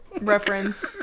reference